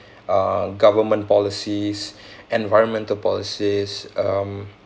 uh government policies environmental policies um